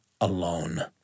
alone